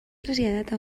traslladat